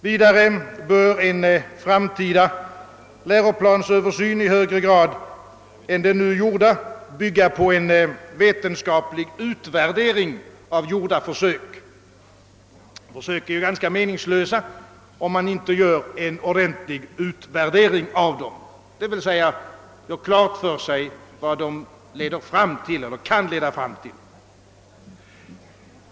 Vidare bör en framtida läroplansöversyn i högre grad än den nu gjorda bygga på en vetenskap lig utvärdering av gjorda försök. Försök är ju ganska meningslösa, såvida man inte gör en ordentlig utvärdering av dem, d.v.s. får klart för sig vad de kan leda fram till.